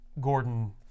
Gordon